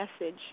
message